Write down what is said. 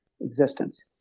existence